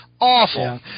Awful